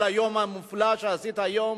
על היום המופלא שעשית היום